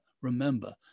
remember